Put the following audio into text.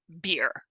beer